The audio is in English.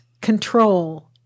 control